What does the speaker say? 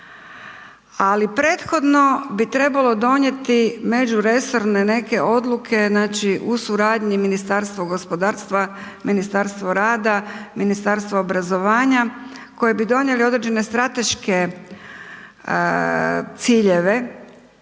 ali prethodno bi trebalo donijeti međuresorne neke odluke. Znači u suradnji Ministarstvo gospodarstva, Ministarstvo rada, Ministarstvo obrazovanja, koji bi donijeli određene strateške ciljeve